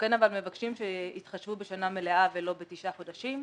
מבקשים שיתחשבו בשנה מלאה ולא בתשעה חודשים.